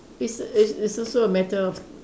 it's it's it's also a matter of